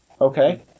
Okay